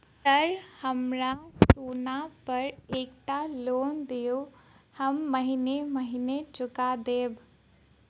Sir हमरा सोना पर एकटा लोन दिऽ हम महीने महीने चुका देब?